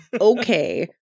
Okay